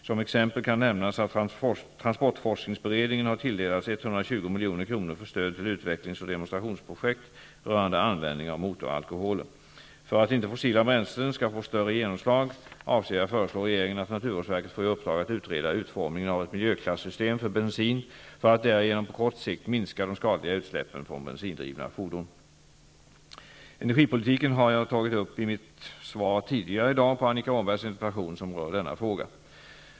Som exempel kan nämnas att transportforskningsberedningen har tilldelats 120 milj.kr. för stöd till utvecklingsoch demonstrationsprojekt rörande användning av motoralkoholer. För att inte fossila bränslen skall få större genomslag avser jag att föreslå regeringen att naturvårdsverket får i uppdrag att utreda utformningen av ett miljöklassystem för bensin, för att därigenom på kort sikt minska de skadliga utsläppen från bensindrivna fordon. Energipolitiken har jag tagit upp i mitt svar tidigare i dag på Annika Åhnbergs interpellation som rör denna fråga.